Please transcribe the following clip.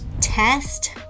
Test